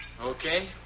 Okay